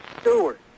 Stewart